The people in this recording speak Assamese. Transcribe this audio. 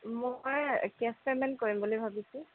মই কেছ পেমেণ্ট কৰিম বুলি ভাবিছোঁ